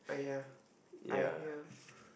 !aiya! I hear